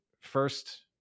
first